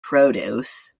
produce